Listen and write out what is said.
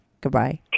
Goodbye